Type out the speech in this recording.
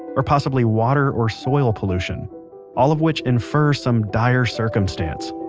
or possibly water or soil pollution all of which infer some dire circumstance,